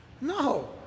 No